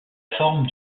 forme